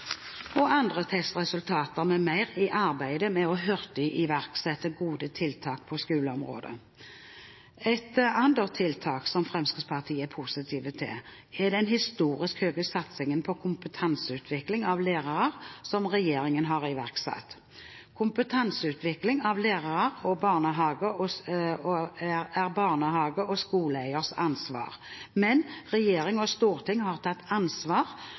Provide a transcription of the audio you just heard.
og andre testresultater m.m. i arbeidet med hurtig å iverksette gode tiltak på skoleområdet. Et annet tiltak som Fremskrittspartiet er positive til, er den historisk høye satsingen på kompetanseutvikling hos lærere som regjeringen har iverksatt. Kompetanseutvikling hos lærere er barnehage- og skoleeieres ansvar, men regjering og storting har tatt ansvar